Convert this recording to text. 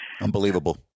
Unbelievable